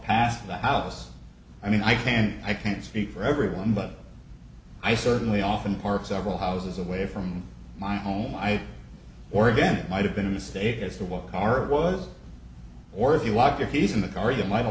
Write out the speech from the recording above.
past the house i mean i can't i can't speak for everyone but i certainly often park several houses away from my home i or again it might have been a mistake as to what car was or if you walk your keys in the car you might